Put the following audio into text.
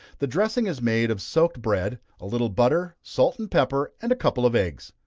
the dressing is made of soaked bread, a little butter, salt, and pepper, and a couple of eggs.